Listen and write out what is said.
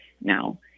now